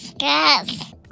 Yes